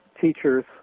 teachers